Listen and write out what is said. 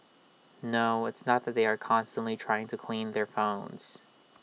no it's not that they are constantly trying to clean their phones